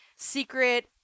Secret